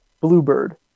Bluebird